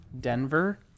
denver